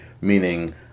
meaning